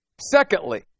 Secondly